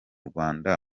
rwanda